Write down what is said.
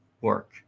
work